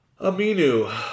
Aminu